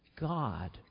God